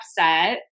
upset